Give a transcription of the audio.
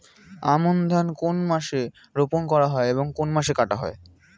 আমন ধান কোন মাসে রোপণ করা হয় এবং কোন মাসে কাটা হয়?